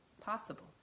possible